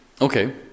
Okay